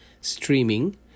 streaming